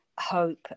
hope